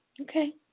Okay